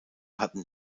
hatten